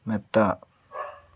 മെത്ത